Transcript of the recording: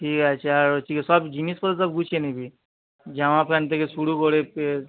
ঠিক আছে আর হচ্ছে গিয়ে সব জিনিসপত্র গুছিয়ে নিবি জামা প্যান্ট থেকে শুরু কোরে পে